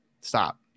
Stop